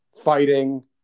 fighting